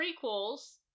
prequels